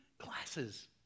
classes